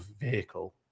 vehicle